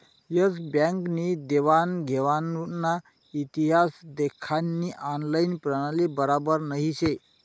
S Bank नी देवान घेवानना इतिहास देखानी ऑनलाईन प्रणाली बराबर नही शे